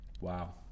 Wow